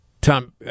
Tom